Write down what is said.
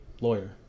Lawyer